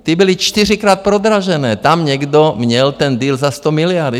Ty byly čtyřikrát prodražené, tam někdo měl ten deal za 100 miliard.